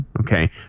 Okay